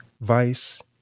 Vice